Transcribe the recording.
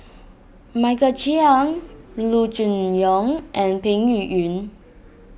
Michael Chiang Loo Choon Yong and Peng Yuyun